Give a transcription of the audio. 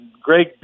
Greg